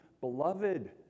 beloved